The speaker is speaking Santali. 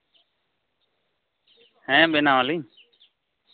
ᱦᱮᱸ ᱵᱮᱱᱟᱣᱟᱞᱤᱧ